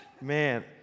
Man